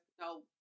no